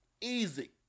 Easy